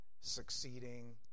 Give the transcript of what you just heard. succeeding